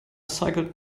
cycled